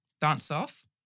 dance-off